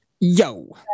yo